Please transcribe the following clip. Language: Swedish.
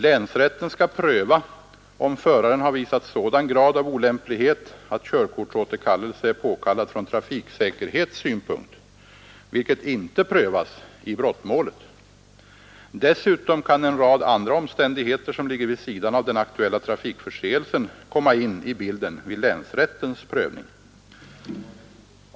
Länsrätten skall pröva om föraren har visat sådan grad av olämplighet att körkortsåterkallelse är påkallad från trafiksäkerhetssynpunkt, vilket inte prövas i brottmålet. Dessutom kan en rad andra omständigheter, som ligger vid sidan av den aktuella trafikförseelsen, komma in i bilden vid länsrättens prövning.